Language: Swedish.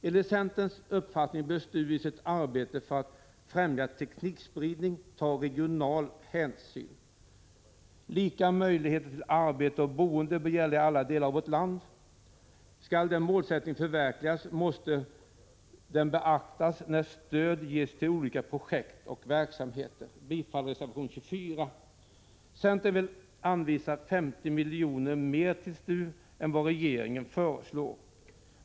Enligt centerns uppfattning bör STU i sitt arbete för att främja teknikspridning ta regional hänsyn. Det bör finnas samma möjligheter till arbete och boende i alla delar av vårt land. Skall den målsättningen förverkligas, måste den beaktas i samband med att stöd ges till olika projekt och verksamheter. Jag yrkar bifall till reservation 24. Centern vill att STU anvisas 50 miljoner mer än vad regeringen föreslår.